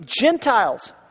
Gentiles